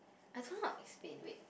I don't know how to explain wait